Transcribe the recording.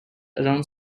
around